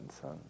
son